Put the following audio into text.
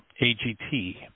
AGT